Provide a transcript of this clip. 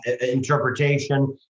interpretation